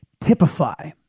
typify